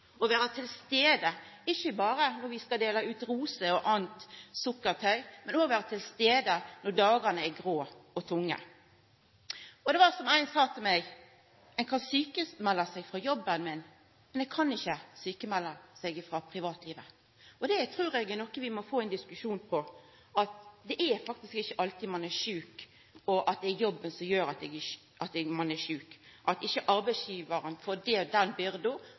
å vera til stades, ikkje berre når vi skal dela ut roser og anna sukkertøy, men òg vera til stades når dagane er grå og tunge. Det var som ein sa til meg: Ein kan sjukmelda seg frå jobben sin, men ein kan ikkje sjukmelda seg frå privatlivet. Det trur eg er noko vi må få ein diskusjon om: Det er faktisk ikkje alltid det er jobben som gjer at ein er sjuk – at ikkje arbeidsgivaren og legen skal få den byrda. Her bør ein koma til litt andre løysingar, meiner eg, og det